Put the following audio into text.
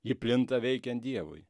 ji plinta veikiant dievui